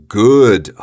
good